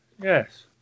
Yes